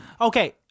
Okay